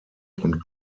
von